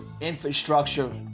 infrastructure